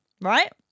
Right